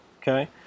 okay